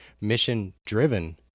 mission-driven